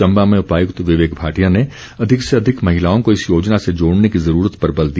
चम्बा में उपायुक्त विवेक भाटिया ने अधिक से अधिक महिलाओं को इस योजना से जोड़ने की ज़रूरत पर बल दिया